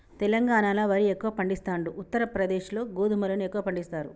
తెలంగాణాల వరి ఎక్కువ పండిస్తాండ్రు, ఉత్తర ప్రదేశ్ లో గోధుమలను ఎక్కువ పండిస్తారు